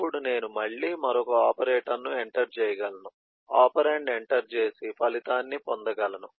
అప్పుడు నేను మళ్ళీ మరొక ఆపరేటర్ను ఎంటర్ చెయ్యగలను ఒపెరాండ్ ఎంటర్ చేసి ఫలితాన్ని పొందగలను